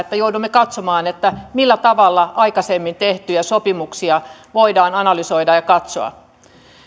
että joudumme katsomaan millä tavalla aikaisemmin tehtyjä sopimuksia voidaan analysoida ja katsoa